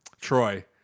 Troy